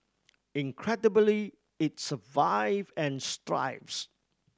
incredibly it survived and thrives